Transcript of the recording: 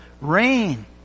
rain